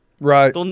Right